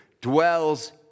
dwells